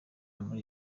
muri